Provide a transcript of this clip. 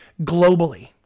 globally